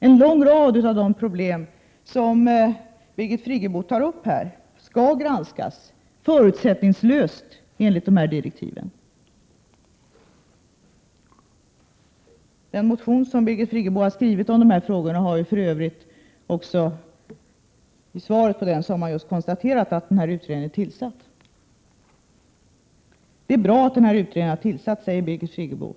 En lång rad av de problem som Birgit Friggebo tar upp här skall granskas förutsättningslöst enligt direktiven. Med anledning av den motion som Birgit Friggebo väckt i dessa frågor har man för övrigt också just konstaterat att den här utredningen är tillsatt. Det är bra att utredningen har tillsatts, säger Birgit Friggebo.